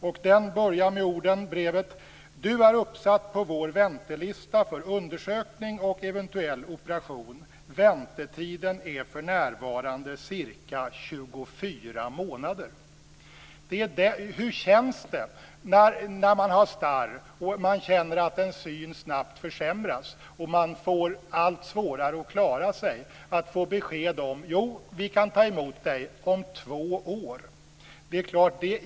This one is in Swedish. Brevet började med orden: Du är uppsatt på vår väntelista för undersökning och eventuell operation. Väntetiden är för närvarande ca 24 månader. Hur känns det när man har starr, när man känner att ens syn försämras och att man får allt svårare att klara sig, att få beskedet: Jo, vi kan ta emot dig - om två år.